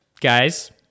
guys